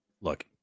look